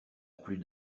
plus